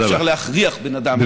אי-אפשר להכריח בן אדם להפסיק לעשן.